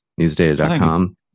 newsdata.com